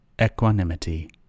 Equanimity